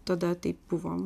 tada tai buvo